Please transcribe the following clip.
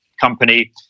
company